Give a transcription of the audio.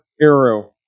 arrow